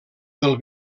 del